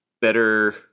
better